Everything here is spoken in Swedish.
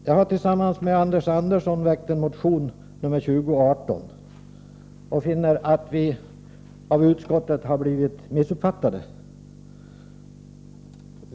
Jag har tillsammans med Anders Andersson väckt en motion, nr 2018, och finner att vi av utskottet har blivit missuppfattade.